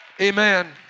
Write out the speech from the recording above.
Amen